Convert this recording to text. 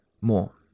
more